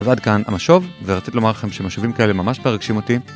ועד כאן המשוב, ורציתי לומר לכם שמשובים כאלה ממש מרגשים אותי.